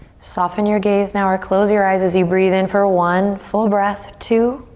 soften your gaze now or close your eyes as you breathe in for one, full breath, two,